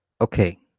Okay